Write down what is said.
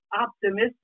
optimistic